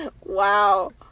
wow